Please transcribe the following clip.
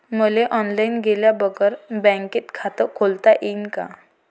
मले ऑनलाईन गेल्या बगर बँकेत खात खोलता येईन का?